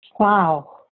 Wow